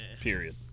Period